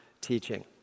teaching